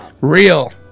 real